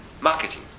marketing